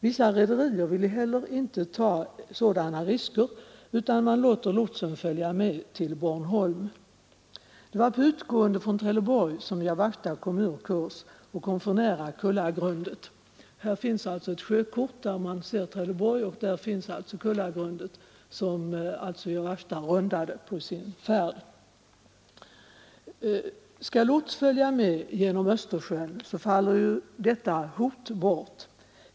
Vissa rederier vill inte heller ta sådana risker, utan låter lotsen följa med till Bornholm. Det var på utgåendet från Trelleborg som Jawachta råkade ur kurs och kom för nära Kullagrunden. Skall lots följa med genom Östersjön, faller ju detta hot bort.